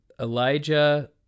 Elijah